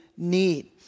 Need